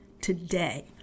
today